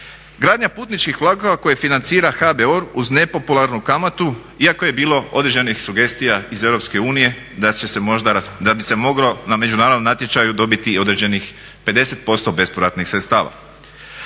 Gradnja putničkih vlakova koje financira HBOR uz nepopularnu kamatu iako je bilo određenih sugestija iz EU da bi se moglo na međunarodnom natječaju dobiti i određenih 50% bespovratnih sredstava.